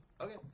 Okay